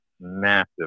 massive